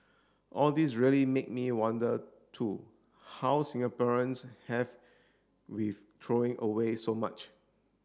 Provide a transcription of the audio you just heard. all this really made me wonder too how Singaporeans have with throwing away so much